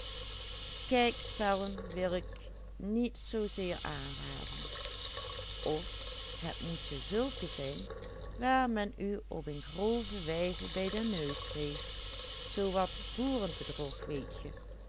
of het moeten zulke zijn waar men u op een grove wijze bij den neus heeft zoowat boerenbedrog weet